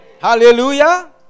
Hallelujah